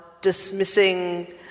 dismissing